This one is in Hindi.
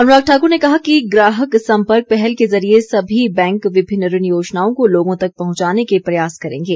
अनुराग ठाकुर ने कहा कि ग्राहक संपर्क पहल के जरिए सभी बैंक विभिन्न ऋण योजनाओं को लोगों तक पहुंचाने के प्रयास करेंगे